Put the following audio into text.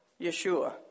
Yeshua